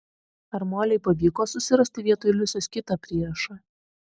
ar molei pavyko susirasti vietoj liusės kitą priešą